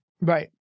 Right